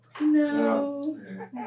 No